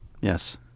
yes